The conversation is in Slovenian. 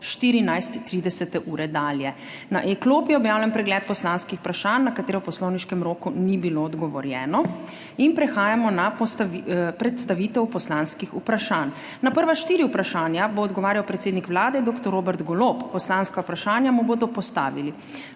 14.30 dalje. Na e-klopi je objavljen pregled poslanskih vprašanj, na katera v poslovniškem roku ni bilo odgovorjeno. Prehajamo na predstavitev poslanskih vprašanj. Na prva štiri vprašanja bo odgovarjal predsednik Vlade dr. Robert Golob. Poslanska vprašanja mu bodo postavili